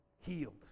healed